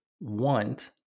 want